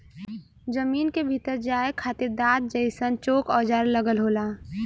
जमीन के भीतर जाये खातिर दांत जइसन चोक औजार लगल होला